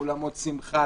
אולמות שמחה,